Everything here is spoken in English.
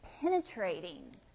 penetrating